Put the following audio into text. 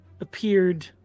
appeared